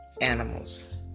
animals